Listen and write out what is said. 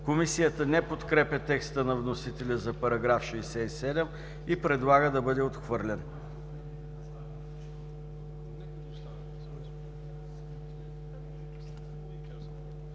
Комисията не подкрепя текста на вносителя за § 67 и предлага да бъде отхвърлен.